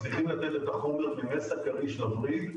מצליחים לתת את החומר שיכנס הקריש לווריד,